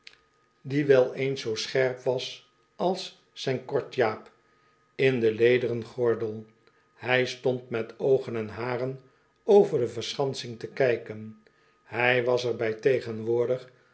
die wel eens zoo scherp was als zyn kortjaap in den lederen gordel hij stond met oogen en haren over de verschansing te kijken hij was er bij tegenwoordig